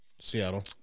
Seattle